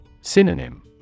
Synonym